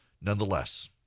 Nonetheless